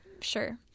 sure